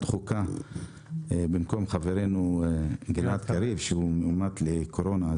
החוקה במקום חברנו גלעד קריב שהוא מאומן לקורונה.